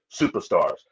superstars